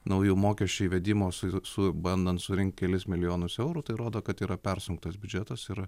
naujų mokesčių įvedimo su su bandant surinkti kelis milijonus eurų tai rodo kad yra persunktas biudžetas yra